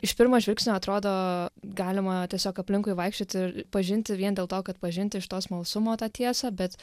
iš pirmo žvilgsnio atrodo galima tiesiog aplinkui vaikščioti ir pažinti vien dėl to kad pažinti iš to smalsumo tą tiesą bet